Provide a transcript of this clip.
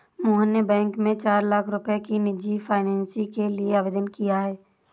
मोहन ने बैंक में चार लाख रुपए की निजी फ़ाइनेंस के लिए आवेदन किया है